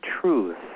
truth